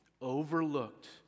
overlooked